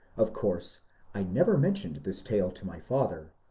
of course i never mentioned this tale to my father,